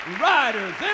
Riders